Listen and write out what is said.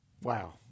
Wow